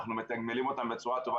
אנחנו מתגמלים אותן בצורה טובה.